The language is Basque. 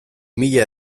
mila